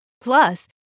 Plus